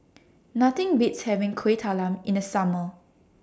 Nothing Beats having Kuih Talam in The Summer